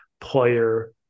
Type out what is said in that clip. player